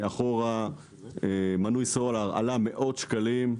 אחורה מנוי סלולר עלה מאות שקלים,